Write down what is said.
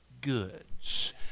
goods